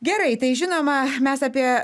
gerai tai žinoma mes apie